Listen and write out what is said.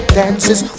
dances